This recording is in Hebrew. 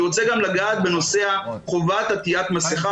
אני רוצה לגעת גם בנושא חובת עטיית מסכה,